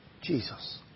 Jesus